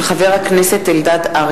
מאת חבר הכנסת אריה אלדד,